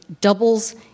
doubles